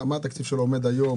על כמה התקציב שלו עומד היום?